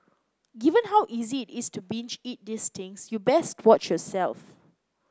given how easy it is to binge eat these things you best watch yourself